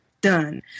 Done